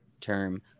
term